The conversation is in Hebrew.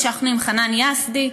המשכנו עם חנן יזדי,